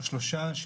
שלושה,